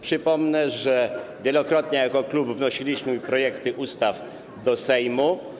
Przypomnę, że wielokrotnie jako klub wnosiliśmy projekty ustaw do Sejmu.